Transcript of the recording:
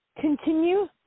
continue